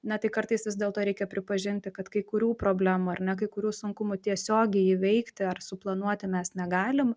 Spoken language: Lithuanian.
na tai kartais vis dėlto reikia pripažinti kad kai kurių problemų ar ne kai kurių sunkumų tiesiogiai įveikti ar suplanuoti mes negalim